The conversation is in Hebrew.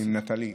עם נטלי.